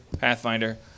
Pathfinder